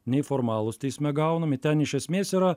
nei formalūs teisme gaunami ten iš esmės yra